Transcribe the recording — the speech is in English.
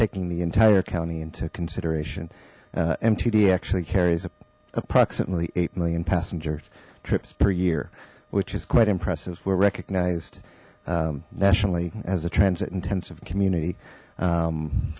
taking the entire county into consideration mtd actually carries approximately eight million passenger trips per year which is quite impressive we're recognized nationally as a transit intensive community